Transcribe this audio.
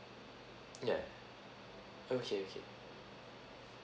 yeah okay okay